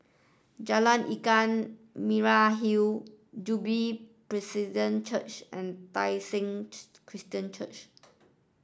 Jalan Ikan Merah Hill Jubilee Church and Tai Seng Christian Church